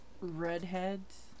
redheads